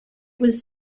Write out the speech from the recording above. was